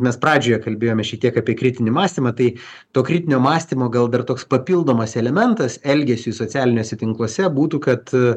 mes pradžioje kalbėjome šiek tiek apie kritinį mąstymą tai to kritinio mąstymo gal dar toks papildomas elementas elgesiui socialiniuose tinkluose būtų kad